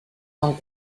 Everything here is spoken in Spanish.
con